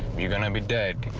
you're going to be dead,